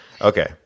Okay